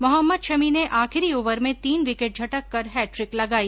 मोहम्मद शमी ने आखिरी ओवर में तीन विकेट झटक कर हैट्रिक लगाई